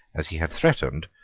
as he had threatened,